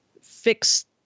fix